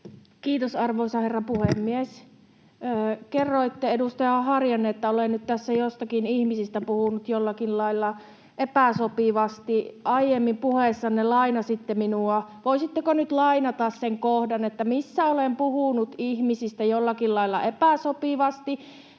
Kiitos, arvoisa herra puhemies! Kerroitte, edustaja Harjanne, että olen nyt tässä joistakin ihmisistä puhunut jollakin lailla epäsopivasti. Aiemmin puheessanne lainasitte minua. Voisitteko nyt lainata sen kohdan, että missä olen puhunut ihmisistä jollakin lailla epäsopivasti.